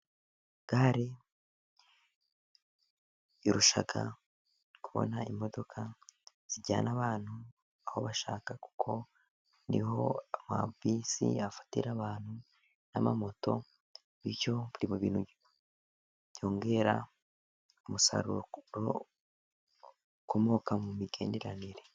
Gare yoroshya kubona imodoka zijyana abantu aho bashaka, kuko niho amabisi afatira abantu n'amamoto, bityo biri mu bintu byongera umusaruro ukomoka mu migenderanire.